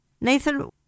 Nathan